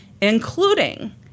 including